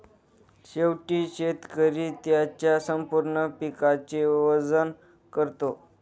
शेवटी शेतकरी त्याच्या संपूर्ण पिकाचे वजन करतो